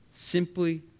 simply